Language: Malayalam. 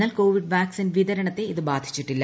എന്നാൽ കോവിഡ് വാക്സിൻ വിതരണത്തെ ഇത് ബാധിച്ചിട്ടില്ല